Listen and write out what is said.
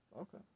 Okay